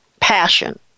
passion